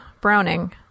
Browning